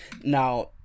Now